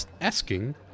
asking